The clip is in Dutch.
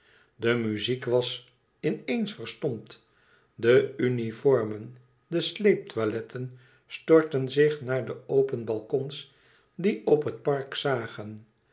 de muziek was in eens verstomd de uniformen de sleeptoiletten stortten zich naar de open balkons die op het park zagen